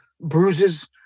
bruises